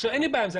אין לי בעיה עם זה.